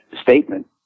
statement